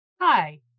Hi